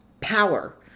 power